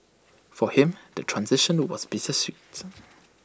for him the transition was bittersweet